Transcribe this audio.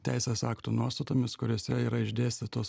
teisės aktų nuostatomis kuriose yra išdėstytos